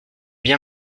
bien